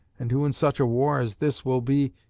and who in such a war as this will be,